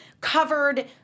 covered